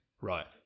Right